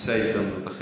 נמצא הזדמנות אחרת.